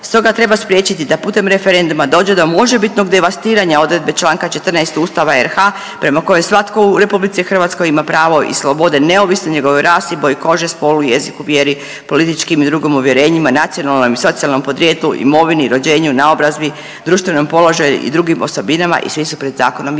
Stoga treba spriječiti da putem referenduma dođe do možebitnog devastiranja odredbe članka 14. Ustava RH prema kojoj svatko u Republici Hrvatskoj ima pravo i slobode neovisno o njegovoj rasi, boji kože, spolu, jeziku, vjeri, političkim i drugim uvjerenjima, nacionalnom i socijalnom podrijetlu, imovini, rođenju, naobrazbi, društvenom položaju i drugim osobinama i svi su pred zakonom jednaki.